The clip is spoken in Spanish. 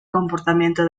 comportamiento